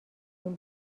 این